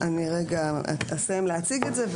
אני אסיים להציג את זה.